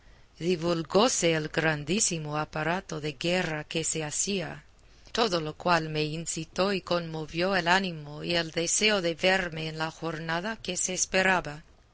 don felipe divulgóse el grandísimo aparato de guerra que se hacía todo lo cual me incitó y conmovió el ánimo y el deseo de verme en la jornada que se esperaba